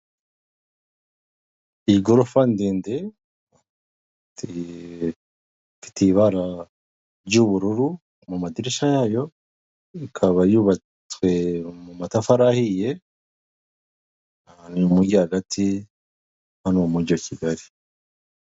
Igorofa ndende ifite ibara ry'ubururu mu madirishya yayo ikaba yubatswe mu matafari ahiye ahantu mu umujyi hagati hano mu mujyi wa kigali.